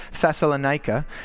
Thessalonica